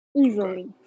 easily